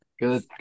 Good